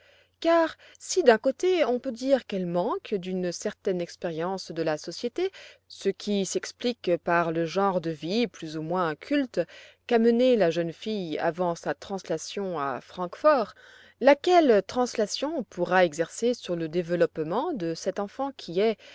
car si d'un côté on peut dire qu'elle manque d'une certaine expérience de la société ce qui s'explique par le genre de vie plus ou moins inculte qu'a mené la jeune fille avant sa translation à francfort laquelle translation pourra exercer sur le développement de cette enfant qui est